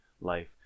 life